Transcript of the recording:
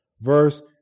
verse